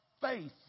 faith